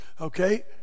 okay